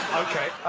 ok.